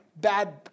bad